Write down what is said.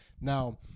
now